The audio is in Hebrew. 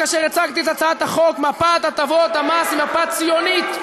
כאשר הצגתי את הצעת החוק: מפת הטבות המס היא מפה ציונית.